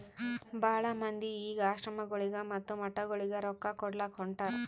ಭಾಳ ಮಂದಿ ಈಗ್ ಆಶ್ರಮಗೊಳಿಗ ಮತ್ತ ಮಠಗೊಳಿಗ ರೊಕ್ಕಾ ಕೊಡ್ಲಾಕ್ ಹೊಂಟಾರ್